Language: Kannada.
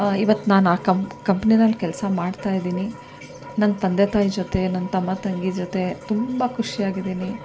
ಇವತ್ತು ನಾನು ಆ ಕಂಪ್ ಕಂಪ್ನಿನಲ್ಲಿ ಕೆಲಸ ಮಾಡ್ತಾಯಿದ್ದೀನಿ ನನ್ನ ತಂದೆ ತಾಯಿ ಜೊತೆ ನನ್ನ ತಮ್ಮ ತಂಗಿ ಜೊತೆ ತುಂಬ ಖುಷಿಯಾಗಿದ್ದೀನಿ